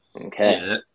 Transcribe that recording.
Okay